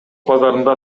базарында